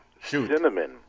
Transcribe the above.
Cinnamon